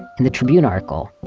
in the tribune article,